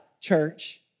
church